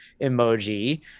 emoji